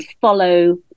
follow